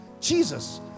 Jesus